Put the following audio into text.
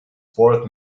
fourth